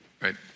Right